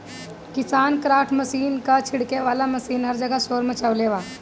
KisanKraft machine क छिड़के वाला मशीन हर जगह शोर मचवले बा